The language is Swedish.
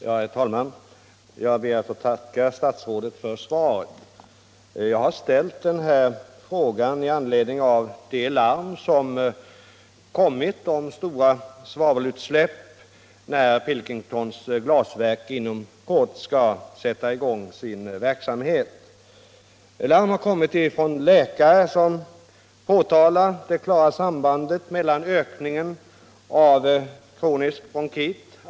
Herr talman! Jag ber att få tacka statsrådet för svaret. Jag har ställt frågan med anledning av att det har slagits larm om att stora Mängder svavel kommer att släppas ut när Pilkingtons glasverk inom kort sätter i gång sin verksamhet. Larm har kommit från läkare som påtalat det klara sambandet mellan ökningen av kronisk bronkit.